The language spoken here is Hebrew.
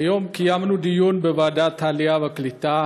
היום קיימנו דיון בוועדת העלייה והקליטה